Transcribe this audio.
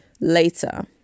later